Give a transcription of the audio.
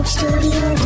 Studio